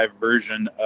version